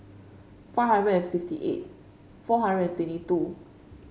five hundred and fifty eight four hundred and twenty two